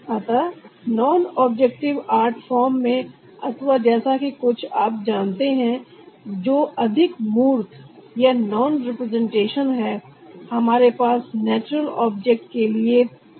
अतः non objective art form में अथवा जैसा कि कुछ आप जानते हैं जो अधिक मूर्त या नॉन रिप्रेजेंटेशन है हमारे पास नेचुरल ऑब्जेक्ट के लिए कोई रेफरेंस नहीं है